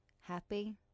happy